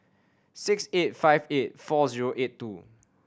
six eight five eight four zero eight two